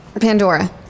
Pandora